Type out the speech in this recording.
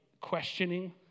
questioning